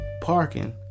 Parking